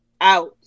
out